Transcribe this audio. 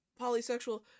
polysexual